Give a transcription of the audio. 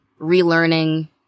relearning